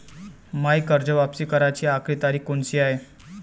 मायी कर्ज वापिस कराची आखरी तारीख कोनची हाय?